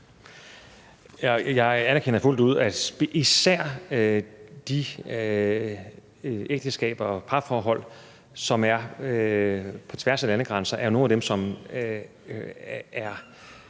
Jeg anerkender fuldt ud, at især de ægteskaber og parforhold, som går på tværs af landegrænser, er nogle af dem, som har